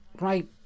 right